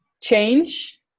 change